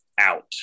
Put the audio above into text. out